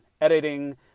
editing